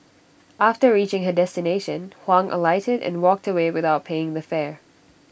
after reaching her destination Huang alighted and walked away without paying the fare